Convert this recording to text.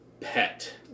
pet